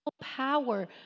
power